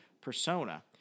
persona